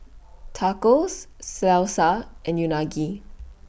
Tacos Salsa and Unagi